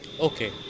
Okay